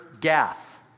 Gath